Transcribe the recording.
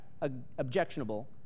objectionable